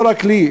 לא רק לי,